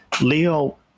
Leo